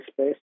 space